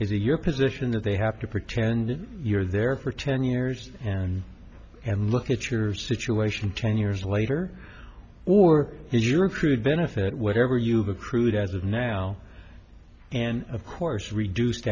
he your position that they have to pretend you're there for ten years and and look at your situation ten years later or is your crude benefit whatever you've accrued as of now and of course reduced